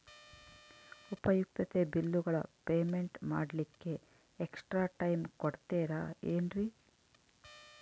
ಉಪಯುಕ್ತತೆ ಬಿಲ್ಲುಗಳ ಪೇಮೆಂಟ್ ಮಾಡ್ಲಿಕ್ಕೆ ಎಕ್ಸ್ಟ್ರಾ ಟೈಮ್ ಕೊಡ್ತೇರಾ ಏನ್ರಿ?